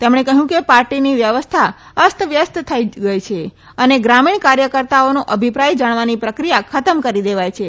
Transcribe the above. તેમણે કહયું કે પાર્ટીની વ્યવસ્થા અસ્તવ્યસ્ત થઇ ગઇ છે અને ગ્રામીણ કાર્યકર્તાઓનો અભિપ્રાય જાણવાની પ્રક્રીયા ખતમ કરી દેવાઇ છે